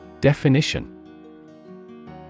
Definition